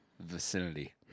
vicinity